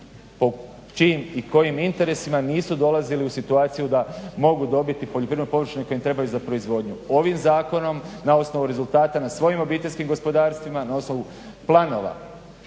po čijim i kojim interesima nisu dolazili u situaciju da mogu dobiti poljoprivredne površine koje im trebaju za proizvodnju. Ovim zakonom na osnovu rezultata na svojim obiteljskim gospodarstvima na osnovu planova